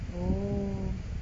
oh